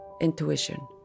Intuition